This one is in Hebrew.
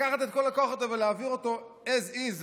לקחת את כל הכוח הזה ולהעביר אותו as is,